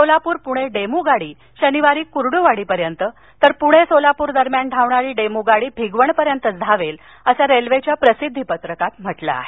Solapur Pune DEMU गाडी शनिवारी कुर्डूवाडीपर्यंत तर पुणे सोलापूर दरम्यान धावणारी डेमू गाडी भिगवणपर्यंतच धावेल असं रेल्वेच्या प्रसिद्दीपत्रकात म्हटलं आहे